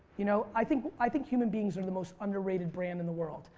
you know i think i think human beings are the most underrated brand in the world.